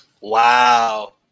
Wow